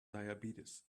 diabetes